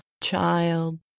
child